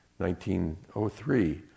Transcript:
1903